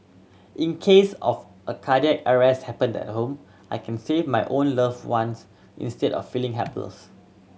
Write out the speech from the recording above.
in case of a cardiac arrest happened at home I can save my own loved ones instead of feeling helpless